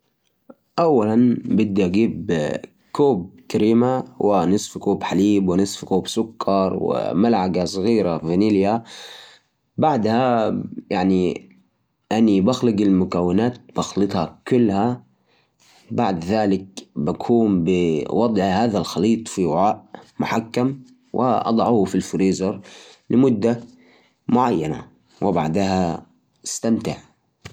عشان تسوي الأيس كريم بالبيت إبدأ بخفق كريمة الخفق مع سكر وفانيليا حتى تتماسك بعدين في وعاء ثاني إخلط حليب مكثف مع كريمة الخفق إدمجهم مع بعض وحطهم في علبة غطيها وحطها في الفريز لعدة ساعات إذا تبغى نكهات مختلفة ممكن تضيف فواكه أو شوكولاتة قبل ما تحطها في الفريزة وبالعافية